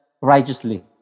righteously